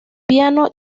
piano